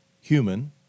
human